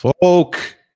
Folk